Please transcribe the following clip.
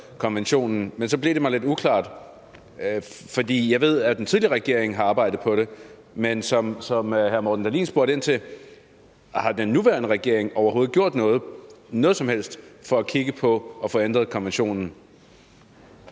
konventionen, men så blev det lidt uklart for mig. Jeg ved, at den tidligere regering har arbejdet på det, og ligesom hr. Morten Dahlin spurgte ind til det, vil jeg også spørge: Har den nuværende regering overhovedet gjort noget som helst for at kigge på at få ændret konventionen?